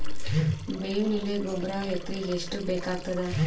ಬೇವಿನ ಎಲೆ ಗೊಬರಾ ಎಕರೆಗ್ ಎಷ್ಟು ಬೇಕಗತಾದ?